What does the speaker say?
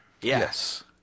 Yes